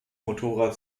motorrad